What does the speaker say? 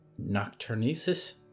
Nocturnesis